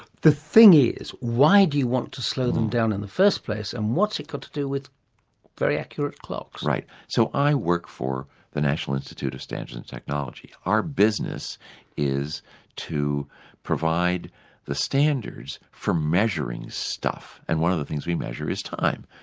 the thing is, why do you want to slow them down in the first place, and what's it go to do with very accurate clocks? so i work for the national institute of standards and technology. our business is to provide the standards for measuring stuff, and one of the things we measure is time,